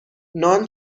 نان